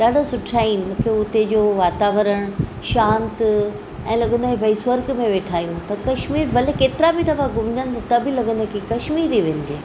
ॾाढा सुठा आहिनि मतिलबु हुते जो वातावरण शांति ऐं लॻंदो आहे भइ स्वर्ॻ में वेठा आहियूं त कश्मीर भले केतिरा बि दफ़ा घुमजण त बि लॻंदो आहे की कश्मीर ई वञिजे